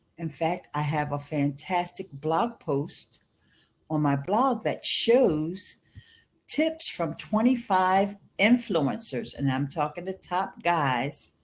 in fact i have a fantastic blog post on my blog that shows tips from twenty five influencers and i'm talking to top guys